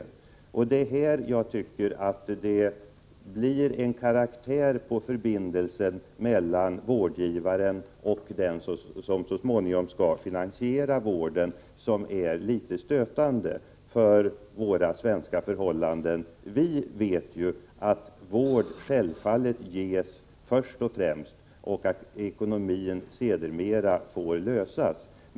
Det är här jag tycker att förbindelsen mellan vårdgivaren och den som så småningom skall finansiera vården får en karaktär som är litet stötande för svenska förhållanden. Vi vet att vård självfallet ges först och främst och att det ekonomiska sedermera får lösas.